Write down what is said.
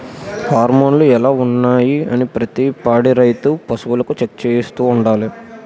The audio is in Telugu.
హార్మోన్లు ఎలా ఉన్నాయి అనీ ప్రతి పాడి రైతు పశువులకు చెక్ చేయిస్తూ ఉండాలి